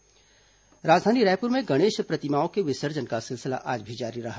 गणेश झांकी राजधानी रायपुर में गणेश प्रतिमाओं के विसर्जन का सिलसिला आज भी जारी रहा